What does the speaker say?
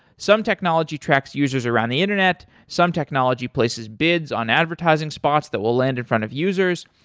some technology tracks users around the internet, some technology places bids on advertising spots that will land in front of users,